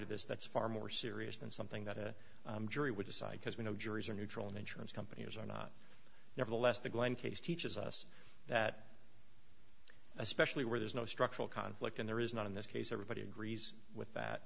to this that's far more serious than something that a jury would decide because we know juries are neutral and insurance companies are not nevertheless the glen case teaches us that especially where there's no structural conflict and there is not in this case everybody agrees with that